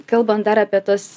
kalbant dar apie tuos